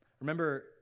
Remember